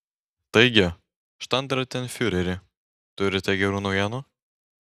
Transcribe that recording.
taigi štandartenfiureri turite gerų naujienų